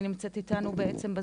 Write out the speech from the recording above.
היא נמצאת איתנו פה.